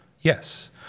Yes